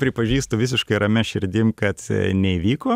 pripažįstu visiškai ramia širdim kad neįvyko